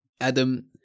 Adam